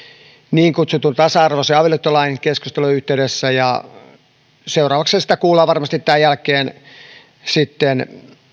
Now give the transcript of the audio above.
niin kutsutun tasa arvoisen avioliittolain keskustelun yhteydessä ja seuraavaksi sitä kuullaan varmasti tämän jälkeen sitten